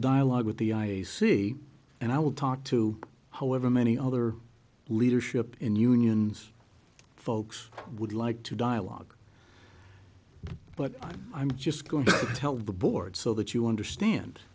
dialogue with the i see and i would talk to however many other leadership in unions folks would like to dialogue but i'm i'm just going to tell the board so that you understand